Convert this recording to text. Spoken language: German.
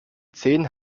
zehen